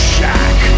Shack